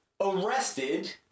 arrested